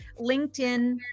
LinkedIn